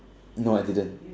no I didn't